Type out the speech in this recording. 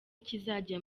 kizajya